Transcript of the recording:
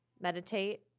meditate